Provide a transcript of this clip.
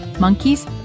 Monkeys